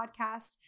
podcast